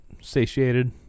satiated